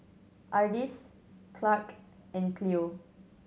Ardis Clarke and Cleo